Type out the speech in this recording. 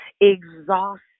exhausted